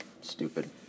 stupid